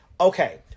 Okay